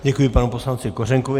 Děkuji panu poslanci Kořenkovi.